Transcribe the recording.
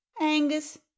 angus